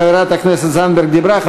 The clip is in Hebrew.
חברת הכנסת זנדברג דיברה.